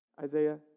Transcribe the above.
Isaiah